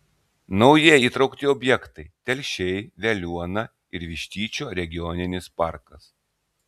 naujai įtraukti objektai telšiai veliuona ir vištyčio regioninis parkas